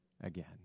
again